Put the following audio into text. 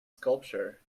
sculpture